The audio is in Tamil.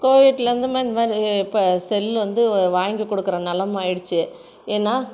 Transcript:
கோவிட்லேருந்து இந்தமாதிரி இப்போ செல்லு வந்து வாங்கிக் கொடுக்குற நிலம ஆயிடுச்சு ஏன்னா